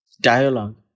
dialogue